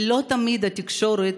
לא תמיד התקשורת,